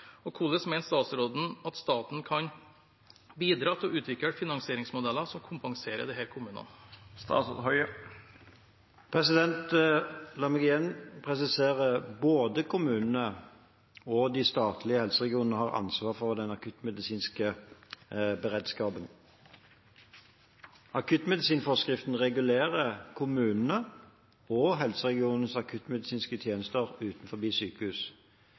og hvordan mener statsråden staten kan bidra til å utvikle finansieringsmodeller som kompenserer disse kommunene?» La meg igjen presisere: Både kommunene og de statlige helseregionene har ansvar for den akuttmedisinske beredskapen. Akuttmedisinforskriften regulerer kommunenes og helseregionenes akuttmedisinske tjenester utenfor sykehus.